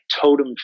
totem